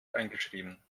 eingeschrieben